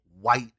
white